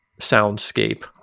soundscape